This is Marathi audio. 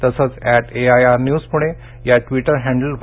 तसंच ऍट एआयआरन्यूज पुणे या ट्विटर हँडलवर